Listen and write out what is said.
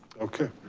okay,